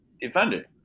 defender